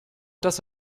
dass